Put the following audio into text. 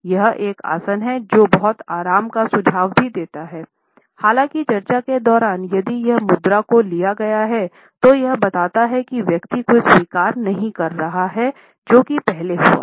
यह एक आसन है जो बहुत आराम का सुझाव भी देता है हालाँकि चर्चा के दौरान यदि यह मुद्रा को लिया गया है तो यह बताता है कि व्यक्ति कुछ स्वीकार नहीं कर रहा है जो कि पहले हुआ था